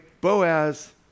Boaz